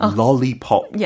lollipop